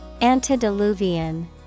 Antediluvian